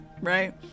right